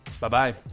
Bye-bye